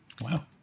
Wow